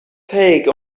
take